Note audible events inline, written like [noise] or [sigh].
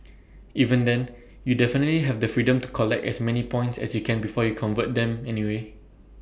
[noise] even then you definitely have the freedom to collect as many points as you can before you convert them anyway